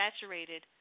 saturated